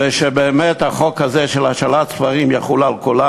ושבאמת החוק הזה של השאלת ספרים יחול על כולם.